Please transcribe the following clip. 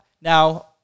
now